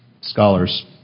Scholars